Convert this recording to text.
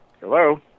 Hello